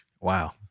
wow